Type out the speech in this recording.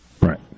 Right